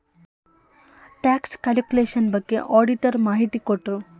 tax calculation ಬಗ್ಗೆ auditor ಮಾಹಿತಿ ಕೊಟ್ರು